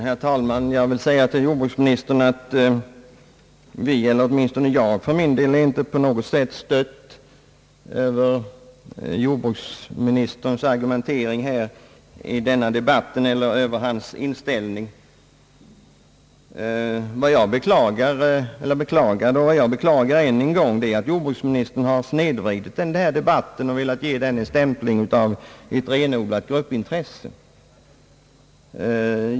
Herr talman! Jag vill säga till herr jordbruksministern, att jag inte alls är stött över jordbruksministerns argumentering i denna debatt eller över hans inställning. Vad jag beklagade — och jag beklagar det än en gång — är att jordbruksministern har snedvridit den här debatten och ger den stämpeln av att vara ett renodlat gruppintresse.